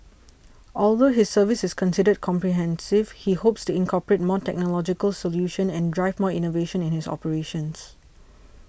although his service is considered comprehensive he hopes to incorporate more technological solutions and drive more innovation in his operations